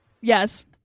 Yes